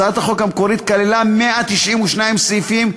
הצעת החוק המקורית כללה 192 סעיפים,